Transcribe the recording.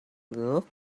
look